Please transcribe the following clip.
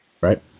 Right